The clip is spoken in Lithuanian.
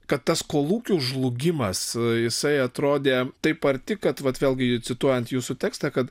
kad tas kolūkių žlugimas jisai atrodė taip arti kad vat vėlgi cituojant jūsų tekstą kad